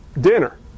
Dinner